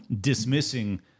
dismissing